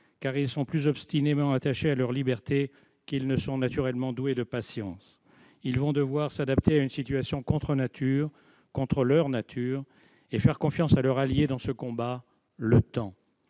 car ils sont plus obstinément attachés à leur liberté qu'ils ne sont naturellement doués de patience. Ils vont devoir s'adapter à une situation contre nature, contre leur nature, et faire confiance à leur allié dans ce combat : le temps.